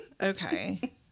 Okay